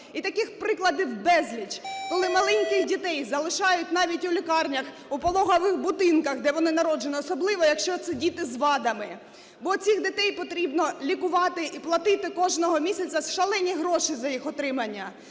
І таких прикладів безліч, коли маленьких дітей залишають навіть у лікарнях, у пологових будинках, де вони народжені, особливо, якщо це діти з вадами. Бо цих дітей потрібно лікувати і платити кожного місяця шалені гроші за їх утримання.